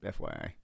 FYI